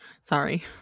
Sorry